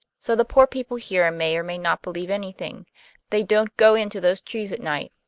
so the poor people here may or may not believe anything they don't go into those trees at night.